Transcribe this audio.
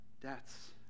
deaths